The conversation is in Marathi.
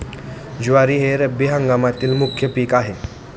ज्वारी हे रब्बी हंगामातील मुख्य पीक आहे का?